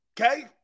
Okay